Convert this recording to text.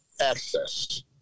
access